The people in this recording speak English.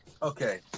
Okay